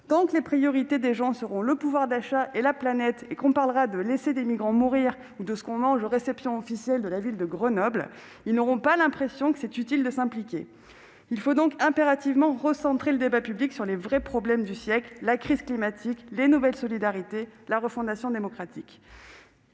tant que les priorités des gens seront le pouvoir d'achat et la planète, tant que l'on discutera de laisser ou non mourir des migrants, ou du menu des réceptions officielles de la ville de Grenoble, ils n'auront pas l'impression qu'il est utile de s'impliquer ! Il faut donc impérativement recentrer le débat public sur les vrais problèmes du siècle : la crise climatique, les nouvelles solidarités, la refondation démocratique.